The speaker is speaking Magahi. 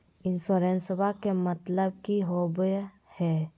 इंसोरेंसेबा के मतलब की होवे है?